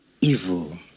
evil